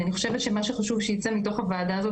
אני חושבת שמה שחשוב שייצא מתוך הוועדה הזאת,